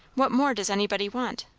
what more does anybody want?